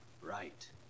right